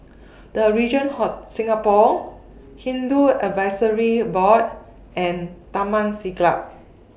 The Regent Hot Singapore Hindu Advisory Board and Taman Siglap